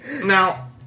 Now